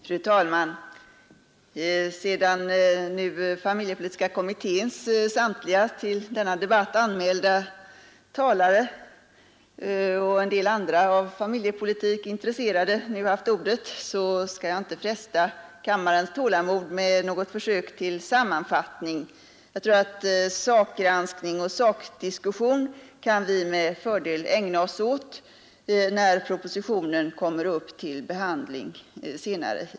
Fru talman! Sedan nu familjepolitiska kommitténs samtliga till denna debatt anmälda företrädare och en del andra av familjepolitik intresserade talare haft ordet skall jag inte fresta kammarens tålamod med något försök till sammanfattning. Jag tror att sakgranskning och sakdiskussion kan vi med fördel ägna oss åt när propositionen senare kommer upp till behandling i kammaren.